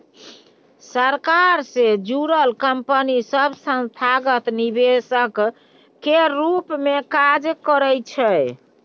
सरकार सँ जुड़ल कंपनी सब संस्थागत निवेशक केर रूप मे काज करइ छै